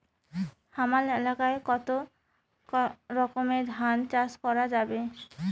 হামার এলাকায় কতো রকমের ধান চাষ করা যাবে?